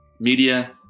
media